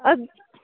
اَدٕ